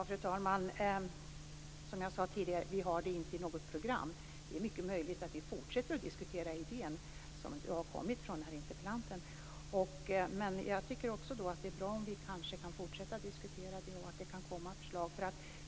Fru talman! Som jag sade tidigare har vi inte detta i något program. Det är mycket möjligt att vi fortsätter att diskutera idén som har kommit från interpellanten. Jag tycker också att det är bra om vi kan fortsätta att diskutera det här och om det kan komma förslag.